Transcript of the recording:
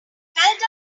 felt